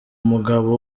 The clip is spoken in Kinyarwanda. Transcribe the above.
umugabo